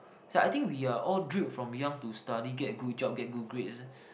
so I think we are all drilled from young to study get good job get good grades eh